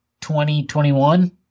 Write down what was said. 2021